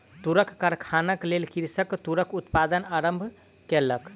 तूरक कारखानाक लेल कृषक तूरक उत्पादन आरम्भ केलक